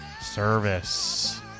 service